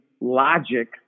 logic